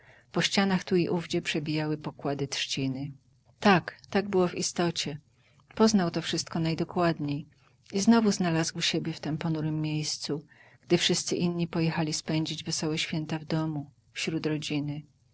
po ścianach tu i owdzie przebijały pokłady trzciny tak tak było w istocie poznał to wszystko najdokładniej i znowu znalazł siebie w tem ponurem miejscu gdy wszyscy inni pojechali spędzić wesołe święta w domu wśród rodziny